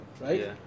right